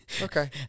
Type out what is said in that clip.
okay